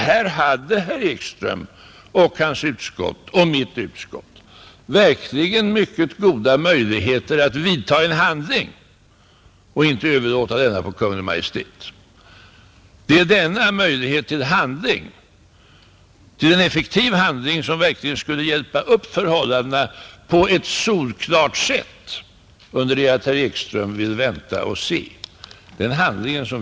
Här hade herr Ekström och hans och mitt utskott verkligen goda möjligheter att skrida till handling i stället för att överlåta det på Kungl. Maj:t. Det är denna möjlighet till effektiv handling som skulle ha tillvaratagits, en handling som verkligen kunde hjälpa upp förhållandena på ett solklart sätt. Det är det vi ville åstadkomma i finansutskottet.